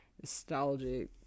nostalgic